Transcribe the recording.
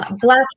black